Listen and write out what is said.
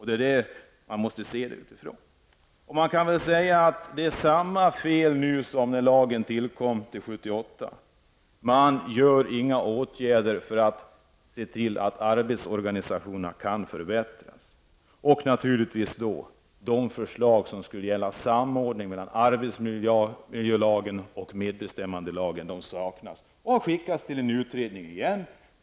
Det är från den utgångspunkten man måste se det. Man gör samma fel nu som när lagen tillkom år 1978. Man vidtar inga åtgärder för att se till att arbetsorganisationerna förbättras. Förslagen som gäller samordning mellan arbetsmiljölagen och medbestämmandelagen saknas. De har troligen skickats till en utredning igen.